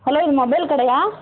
hello இது mobile கடையா